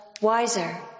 wiser